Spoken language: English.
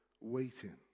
waiting